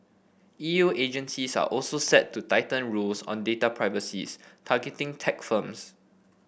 E U agencies are also set to tighten rules on data privacy's targeting tech firms